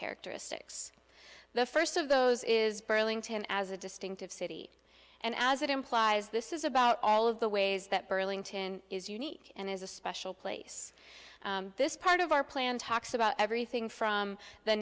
characteristics the first of those is burlington as a distinctive city and as it implies this is about all of the ways that burlington is unique and as a special place this part of our plan talks about everything from the